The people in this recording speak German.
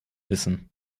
wissen